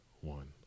one